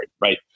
right